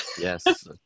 Yes